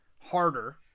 harder